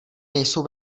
nejsou